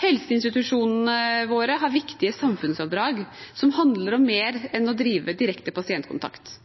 Helseinstitusjonene våre har viktige samfunnsoppdrag som handler om mer enn å drive direkte pasientkontakt.